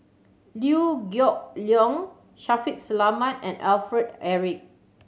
Liew Geok Leong Shaffiq Selamat and Alfred Eric